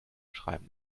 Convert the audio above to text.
schreiben